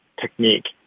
technique